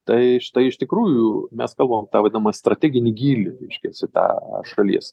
tai štai iš tikrųjų mes kalbam tą vadinamą strateginį gylį reiškiasi tą šalies